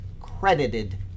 credited